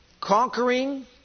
conquering